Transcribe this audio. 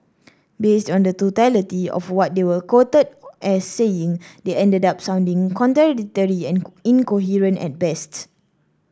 based on the totality of what they were quoted as saying they ended up sounding contradictory and incoherent at best